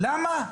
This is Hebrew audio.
למה?